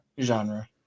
genre